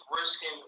risking